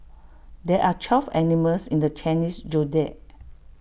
there are twelve animals in the Chinese Zodiac